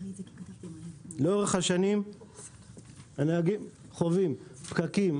לאורך השנים הנהגים חווים פקקים,